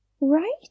Right